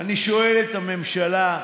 אני שואל את הממשלה: